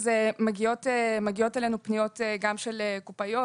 מגיעות אלינו פניות גם של קופאיות,